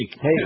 Hey